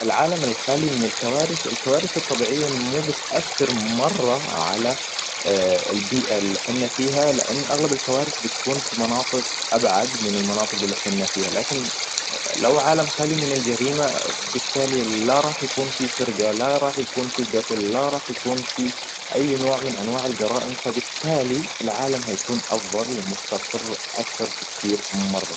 العالم الخالي من الكوارث. الكوارث الطبيعيه مو بتأثر مره علي الببيئه اللي حنا فيها لأن اغلب الكوارث بتكون في مناطق أبعد من المناطق اللي حنا فيها لاكن لو عالم خالي من الجريمه بالتالي لا راح يكون في سرقه لا اراح يكون في قتل لا راح يكون في أي نوع من أنواع الجرائم فبالتالي العالم هيكون أفضل مستقر أكثر بكثير مره